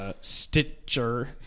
Stitcher